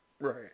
right